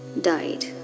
died